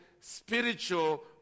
spiritual